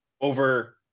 over